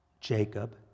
Jacob